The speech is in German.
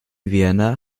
werner